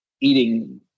eating